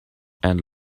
and